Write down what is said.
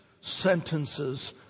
sentences